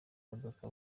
modoka